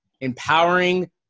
empowering